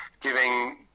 giving